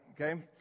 okay